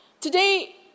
today